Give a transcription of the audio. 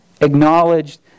acknowledged